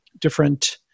different